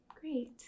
Great